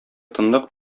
тынлык